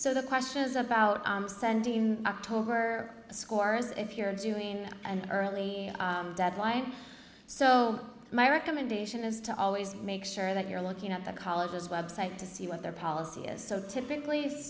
so the question is about sending in october scores if you're doing and early deadline so my recommendation is to always make sure that you're looking at the college's website to see what their policy is so typically